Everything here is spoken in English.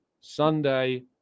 Sunday